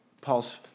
Paul's